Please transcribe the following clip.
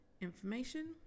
information